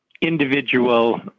individual